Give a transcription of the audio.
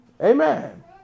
amen